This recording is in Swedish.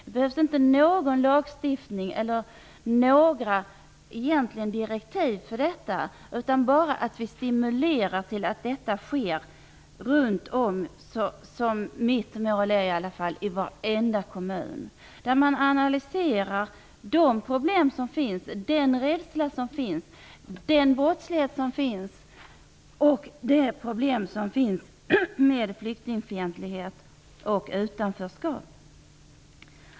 Det behövs inte någon lagstiftning eller några direktiv för detta. Vi behöver bara stimulera till att det sker runtom i varenda kommun. Där skall man analysera de problem som finns, den rädsla som finns, den brottslighet som finns och de problem som finns med flyktingfientlighet och utanförskap.